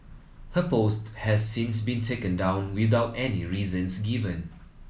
her post has since been taken down without any reasons given